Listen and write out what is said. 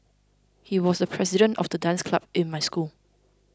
he was the president of the dance club in my school